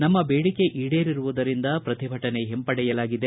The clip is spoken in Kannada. ನಮ್ನ ಬೇಡಿಕೆ ಈಡೇರಿರುವುದರಿಂದ ಪ್ರತಿಭಟನೆ ಹಿಂಪಡೆಯಲಾಗಿದೆ